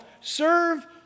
serve